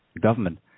government